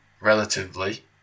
relatively